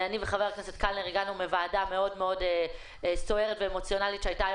אני וחבר הכנסת קלנר הגענו סוערת ואמוציונלית שהייתה היום